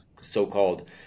so-called